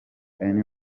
any